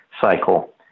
cycle